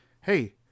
Hey